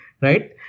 right